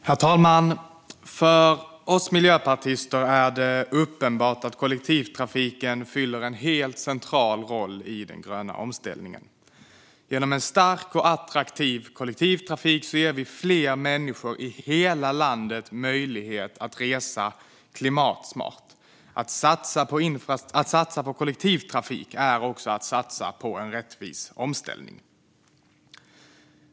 Herr talman! För oss miljöpartister är det uppenbart att kollektivtrafiken fyller en helt central roll i den gröna omställningen. Genom en stark och attraktiv kollektivtrafik ger vi fler människor i hela landet möjlighet att resa klimatsmart. Att satsa på kollektivtrafik är också att satsa på en rättvis omställning.